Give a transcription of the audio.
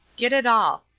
get it all.